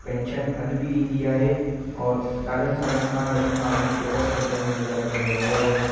pension अॼु बि ईंदी आहे और ॾाढनि सालनि खां जॾहिं खां अॼु खां चोॾहं पहिरीं मुंहिंजा दादा जंहिंमहिल विया हुया